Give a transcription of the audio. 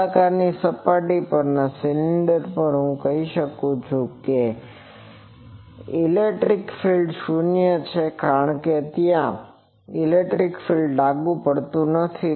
નળાકાર સપાટી પરના સિલિન્ડર પર હું કહી શકું છું કે લાગુ કરેલ ઇલેક્ટ્રિક ફીલ્ડ શૂન્ય છે કારણ કે ત્યાં કોઈ ઇલેક્ટ્રિક ફીલ્ડ લાગુ નથી